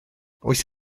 oes